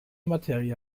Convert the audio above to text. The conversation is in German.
materie